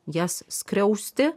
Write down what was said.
jas skriausti